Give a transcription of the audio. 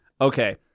Okay